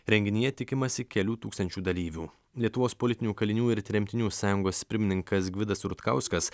renginyje tikimasi kelių tūkstančių dalyvių lietuvos politinių kalinių ir tremtinių sąjungos pirmininkas gvidas rutkauskas